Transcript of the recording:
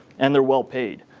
and they're well paid.